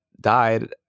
died